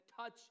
touch